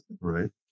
Right